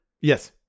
yes